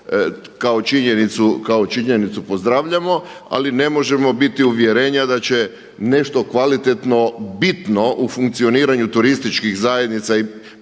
kao činjenicu pozdravljamo. Ali ne možemo biti uvjerenja da će nešto kvalitetno bitno u funkcioniranju turističkih zajednica, pogotovo